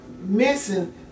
missing